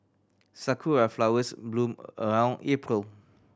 sakura flowers bloom around April